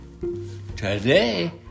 today